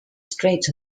straits